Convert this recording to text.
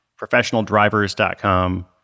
professionaldrivers.com